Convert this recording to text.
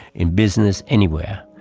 in business, anywhere.